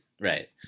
right